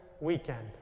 weekend